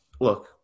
look